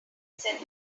said